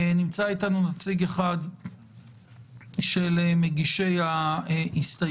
נמצא איתנו נציג אחד של מגישי ההסתייגויות,